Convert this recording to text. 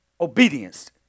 obedience